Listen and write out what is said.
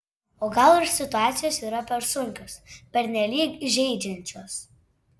o gal ir situacijos yra per sunkios pernelyg žeidžiančios